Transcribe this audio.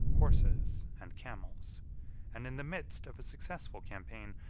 horses, and camels and in the midst of a successful campaign,